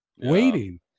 waiting